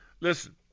Listen